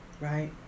Right